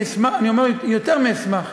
אני יותר מאשמח,